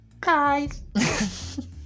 Guys